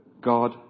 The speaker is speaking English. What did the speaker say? God